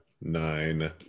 nine